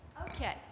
Okay